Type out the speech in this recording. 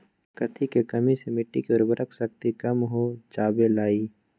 कथी के कमी से मिट्टी के उर्वरक शक्ति कम हो जावेलाई?